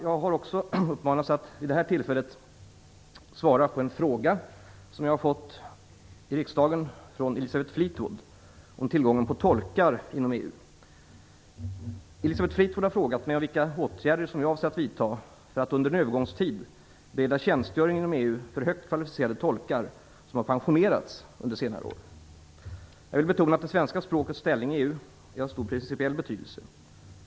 Jag har också uppmanats att vid detta tillfälle svara på en fråga som jag har fått från Elisabeth Fleetwood har frågat mig om vilka åtgärder som jag avser att vidta för att under en övergångstid bereda tjänstgöring inom EU för högt kvalificerade tolkar som har pensionerats under senare år. Jag vill betona att det svenska språkets ställning i EU är av stor principiell betydelse.